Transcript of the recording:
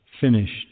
finished